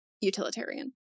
utilitarian